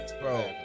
Bro